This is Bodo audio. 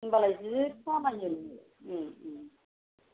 होनब्लालाय जि खामायो नोङो